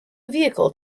vehicle